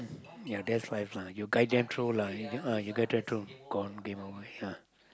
ya that's life lah you guide them through lah uh you guide them through gone game over yeah